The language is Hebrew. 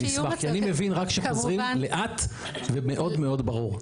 אני אשמח כי אני מבין רק כשחוזרים לאט ומאוד מאוד ברור.